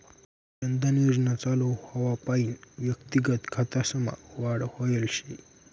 जन धन योजना चालू व्हवापईन व्यक्तिगत खातासमा वाढ व्हयल शे